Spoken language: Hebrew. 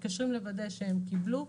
מתקשרים לוודא שהם קיבלו,